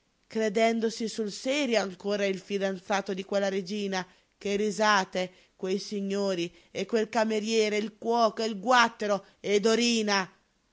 credendosi sul serio ancora il fidanzato di quella regina che risate quei signori e quel cameriere e il cuoco e il guattero e dorina